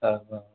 ആ ആ